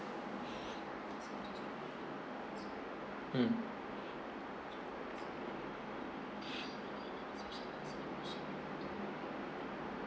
mm